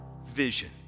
vision